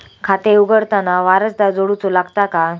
खाता उघडताना वारसदार जोडूचो लागता काय?